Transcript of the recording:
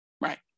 Right